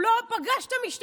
הוא עוד לא פגש את המשטרה,